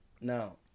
No